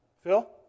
Phil